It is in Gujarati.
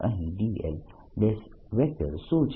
અહીં dl શું છે